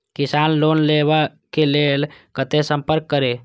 किसान लोन लेवा के लेल कते संपर्क करें?